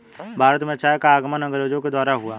भारत में चाय का आगमन अंग्रेजो के द्वारा हुआ